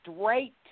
straight